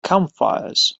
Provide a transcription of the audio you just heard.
campfires